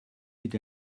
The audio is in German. mit